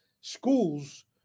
schools